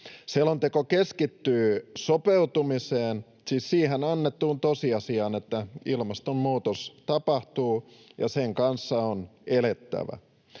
Selonteko keskittyy sopeutumiseen, siis siihen annettuun tosiasiaan, että ilmastonmuutos tapahtuu ja sen kanssa on elettävä.